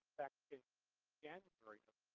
back in january of